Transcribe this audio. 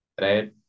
right